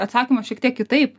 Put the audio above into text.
atsakymą šiek tiek kitaip